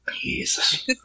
Jesus